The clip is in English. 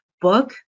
book